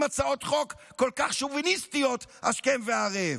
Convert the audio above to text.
הצעות חוק כל כך שוביניסטיות השכם וערב,